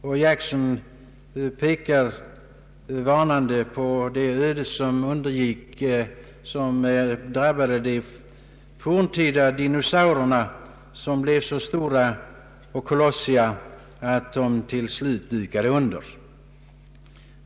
Jackson pekar varnande på det öde som drabbade de urtida dinosaurerna som blev så stora och ”kolossiga” att de till slut dukade under.